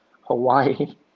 Hawaii